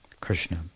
Krishna